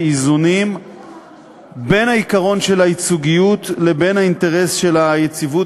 באיזונים בין העיקרון של הייצוגיות לבין האינטרס של היציבות